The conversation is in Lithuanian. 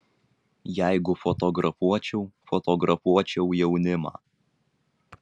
jeigu fotografuočiau fotografuočiau jaunimą